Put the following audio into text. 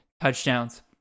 touchdowns